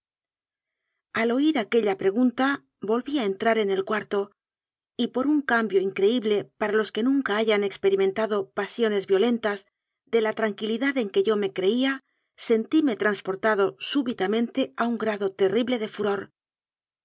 al oír aquella pregunta volví a entrar en el cuarto y por un cambio increíble para los que nunca hayan experimentado pasiones violentas de la tranquilidad en que yo me creía sentíme trans portado súbitamente a un grado terrible de furor